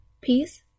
peace